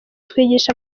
twigisha